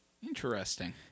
Interesting